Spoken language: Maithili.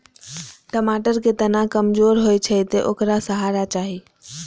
टमाटर के तना कमजोर होइ छै, तें ओकरा सहारा चाही